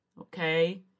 Okay